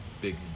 Big